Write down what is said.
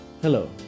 Hello